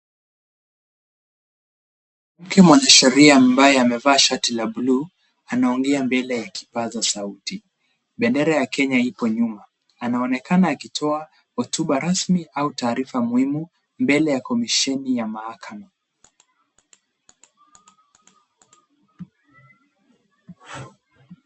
Mwanamke mwanasheria ambaye amevaa shati la bluu, anaongea mbele ya kipasa sauti ,bendera ya Kenya ipo nyuma ,anaonekana akitoa hotuba au taarifa muhimu mbele ya komisheni ya mahakama.